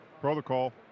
Protocol